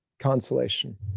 Consolation